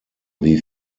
wie